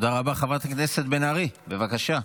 חברת הכנסת בן ארי, בבקשה.